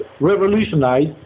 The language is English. revolutionized